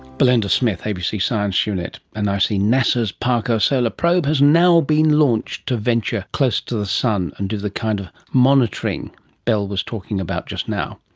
belinda smith, abc science unit. and i see nasa's parker solar probe has now been launched to venture close to the sun and do the kind of monitoring belle was talking about just now